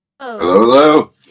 Hello